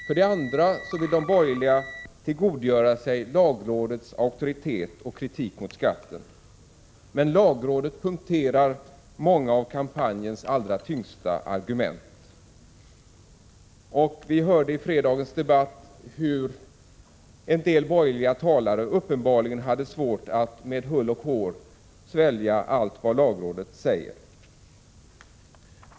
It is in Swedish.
För det andra vill de borgerliga tillgodogöra sig lagrådets auktoritet i sin kritik mot skatten. Men lagrådet punkterar många av kampanjens allra tyngsta argument. Vi hörde i fredagens debatt hur en del borgerliga talare uppenbarligen hade svårt att med hull och hår svälja vad lagrådet säger.